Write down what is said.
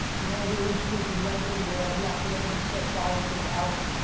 we had a little incident in london where he accidentally set fire to the house,